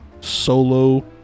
solo